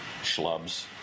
schlubs